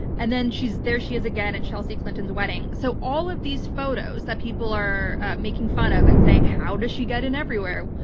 and then there she is again at chelsea clinton's wedding. so all of these photos that people are making fun of and saying, how does she get in everywhere,